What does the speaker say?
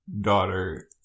daughter